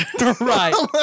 Right